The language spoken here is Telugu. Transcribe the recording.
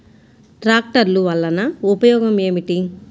ట్రాక్టర్లు వల్లన ఉపయోగం ఏమిటీ?